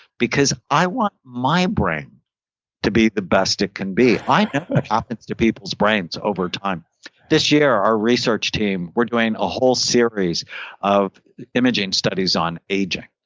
because i want my brain to be the best it can be. i know what happens to people's brains over time this year, our research team, we're doing a whole series of imaging studies on aging.